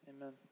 amen